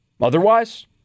Otherwise